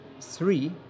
three